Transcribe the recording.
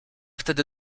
wtedy